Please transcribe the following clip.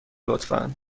لطفا